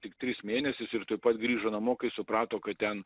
tik tris mėnesius ir tuoj pat grįžo namo kai suprato kad ten